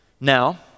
Now